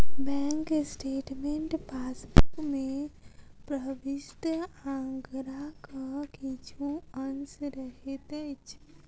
bank statement passbook मे प्रविष्ट आंकड़ाक किछु अंश रहैत अछि